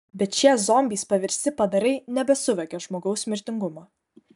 bet šie zombiais paversti padarai nebesuvokė žmogaus mirtingumo